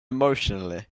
emotionally